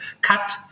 cut